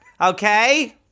Okay